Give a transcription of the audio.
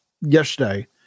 yesterday